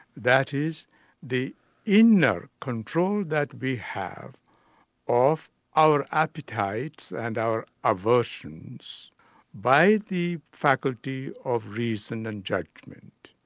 that is the inner control that we have of our appetites and our aversions by the faculty of reason and judgment.